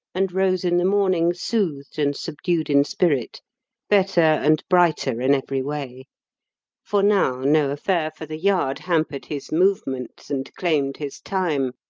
and rose in the morning soothed and subdued in spirit better and brighter in every way for now no affair, for the yard hampered his movements and claimed his time.